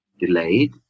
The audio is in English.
delayed